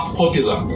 popular